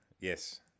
yes